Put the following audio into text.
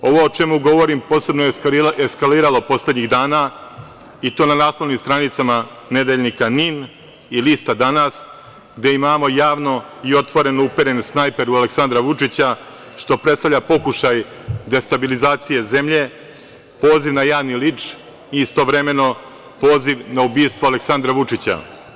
Ovo o čemu govorim posebno je eskaliralo poslednjih dana i to na naslovnim stranicama nedeljnika „NIN“ i lista „Danas“ gde imamo javno i otvoreno uperen snajper u Aleksandra Vučića što predstavlja pokušaj destabilizacije zemlje, poziv na javni linč i istovremeno poziv na ubistvo Aleksandra Vučića.